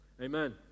Amen